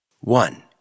One